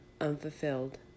unfulfilled